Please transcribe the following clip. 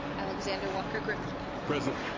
alexander walker-griffin. present.